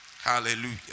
Hallelujah